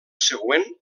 següent